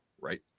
right